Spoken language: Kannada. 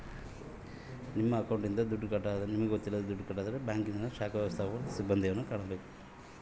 ನನ್ನ ಅಕೌಂಟಿಂದ ನನಗೆ ಗೊತ್ತಿಲ್ಲದೆ ದುಡ್ಡು ಕಟ್ಟಾಗಿದ್ದರೆ ಏನು ಮಾಡಬೇಕು?